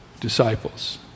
disciples